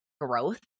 growth